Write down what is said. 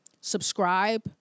subscribe